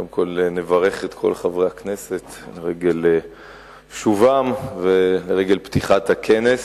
קודם כול נברך את כל חברי הכנסת לרגל שובם ולרגל פתיחת הכנס.